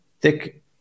Thick